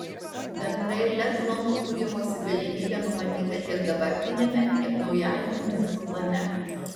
bendrai lez zonų kūrimosi galimybė numatyta tiek dabartiname tiek naujajame miesto plane